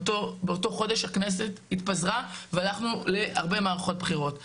באותו חודש הכנסת התפזרה והלכנו להרבה מערכות בחירות,